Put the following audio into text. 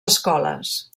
escoles